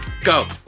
Go